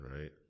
right